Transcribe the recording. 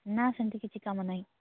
ନା ସେମିତି କିଛି କାମ ନାହିଁ